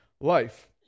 life